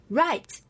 right